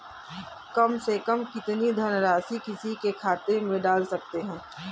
कम से कम कितनी धनराशि किसी के खाते में डाल सकते हैं?